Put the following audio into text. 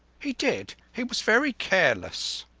he did he was very careless.